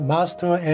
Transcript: Master